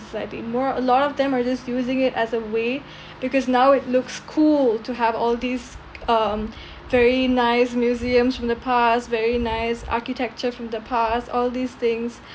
slightly more a lot of them are just using it as a way because now it looks cool to have all these um very nice museums from the past very nice architecture from the past all these things